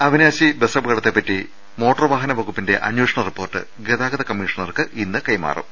അവിനാശി ബസ്സപകടത്തെപറ്റി മോട്ടോർ വാഹന വകുപ്പിന്റെ അന്വേ ഷണ റിപ്പോർട്ട് ഗതാഗത കമ്മീഷണർക്ക് ഇന്ന് കൈമാറും